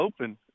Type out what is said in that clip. open